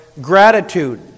gratitude